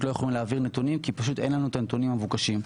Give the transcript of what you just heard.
לא יכולים להעביר נתונים כי אין לנו את הנתונים המבוקשים.